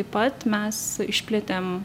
taip pat mes išplėtėm